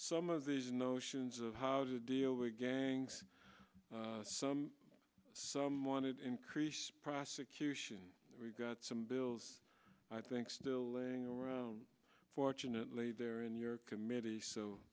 some of these notions of how to deal with gangs some some wanted to increase prosecution we've got some bills i think still laying around fortunately there in your committee so